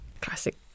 classic